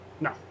No